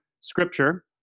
Scripture